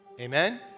Amen